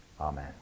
Amen